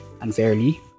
unfairly